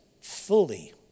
fully